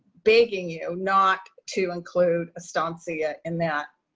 begging you not to include estancia in that,